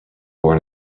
born